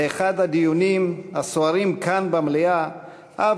באחד הדיונים הסוערים כאן במליאה אף